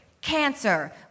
Cancer